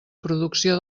producció